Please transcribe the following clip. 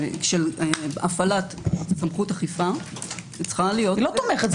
של הפעלת סמכות אכיפה- -- היא לא תומכת.